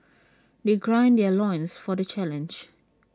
they ground their loins for the challenge